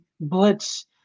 blitz